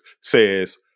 says